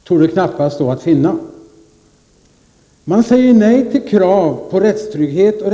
Fru talman! Något mer stockkonservativt än dagens socialdemokrati torde knappast stå att finna.